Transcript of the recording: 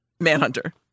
Manhunter